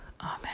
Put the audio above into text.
Amen